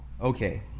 Okay